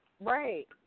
Right